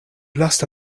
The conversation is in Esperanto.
lasta